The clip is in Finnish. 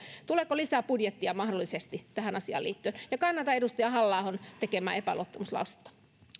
tuleeko lisäbudjettia mahdollisesti tähän asiaan liittyen kannatan edustaja halla ahon tekemää epäluottamuslausetta